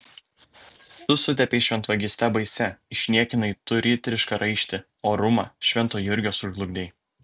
tu sutepei šventvagyste baisia išniekinai tu riterišką raištį orumą švento jurgio sužlugdei